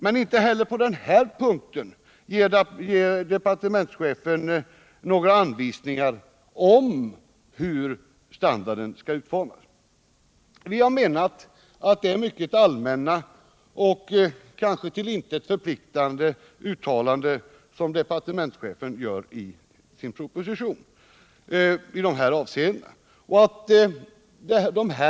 Men inte heller på den här punkten ger departementschefen några anvisningar om hur standarden skall utformas. Vi har menat att det är mycket allmänna, kanske till intet förpliktande, uttalanden som departementschefen gör i sin proposition i de här avseendena.